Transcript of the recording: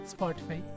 Spotify